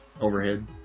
overhead